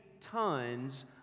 tons